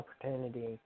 opportunity